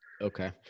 Okay